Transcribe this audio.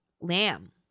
lamb